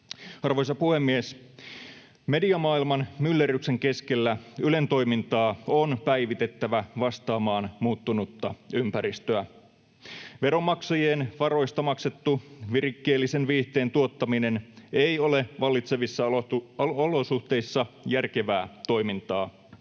Arvoisa puhemies! Mediamaailman myllerryksen keskellä Ylen toimintaa on päivitettävä vastaamaan muuttunutta ympäristöä. Veronmaksajien varoista maksettu virikkeellisen viihteen tuottaminen ei ole vallitsevissa olosuhteissa järkevää toimintaa.